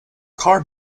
car